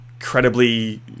incredibly